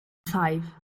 five